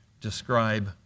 describe